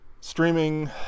Streaming